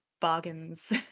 bargains